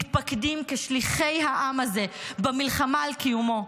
מתפקדים כשליחי העם הזה במלחמה על קיומו,